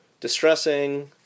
distressing